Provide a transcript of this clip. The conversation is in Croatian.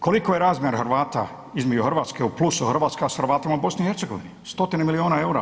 Koliko je razmjer Hrvata između Hrvatske u plusu, Hrvatska s Hrvatima u BiH. stotine milijuna eura.